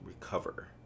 recover